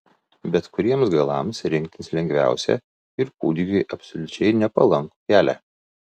bet kuriems galams rinktis lengviausia ir kūdikiui absoliučiai nepalankų kelią